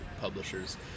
publishers